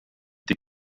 del